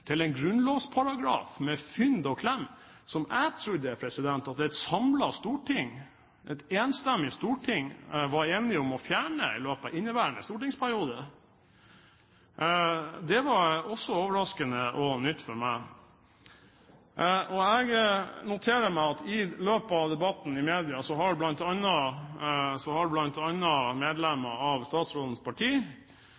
klem, som jeg trodde at et samlet storting – et enstemmig storting – var enig om å fjerne i løpet av inneværende stortingsperiode. Det var også overraskende og nytt for meg. Jeg noterer meg at i løpet av debatten i media har